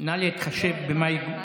נא להתחשב במאי.